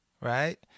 right